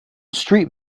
street